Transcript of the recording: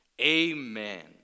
amen